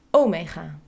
omega